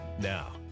Now